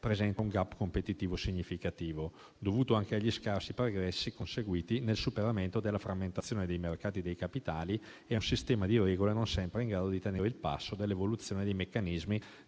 presenta un *gap* competitivo significativo, dovuto anche agli scarsi progressi conseguiti nel superamento della frammentazione dei mercati dei capitali e a un sistema di regole non sempre in grado di tenere il passo dell'evoluzione dei meccanismi